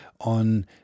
on